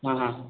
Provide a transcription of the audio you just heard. ହଁ ହଁ